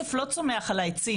כסף לא צומח על העצים,